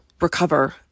recover